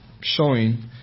Showing